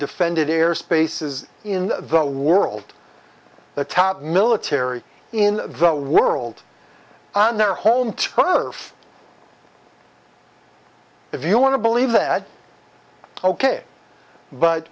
defended air spaces in the world the top military in the world on their home turf if you want to believe that ok but